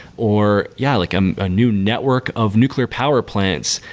or yeah, like um a new network of nuclear power plants.